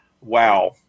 wow